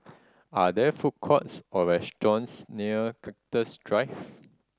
are there food courts or restaurants near Cactus Drive